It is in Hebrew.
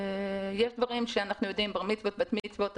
יש דברים שאנחנו יודעים: בר מצווה, בת מצווה.